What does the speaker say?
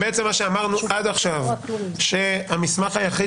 מה שאמרנו עד עכשיו זה שהמסמך היחיד